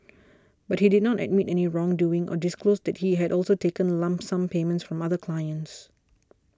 but he did not admit any wrongdoing or disclose that he had also taken lump sum payments from other clients